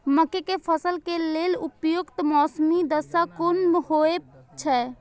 मके के फसल के लेल उपयुक्त मौसमी दशा कुन होए छै?